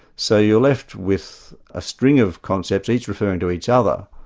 so you're left with a string of concepts, each referring to each other,